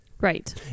Right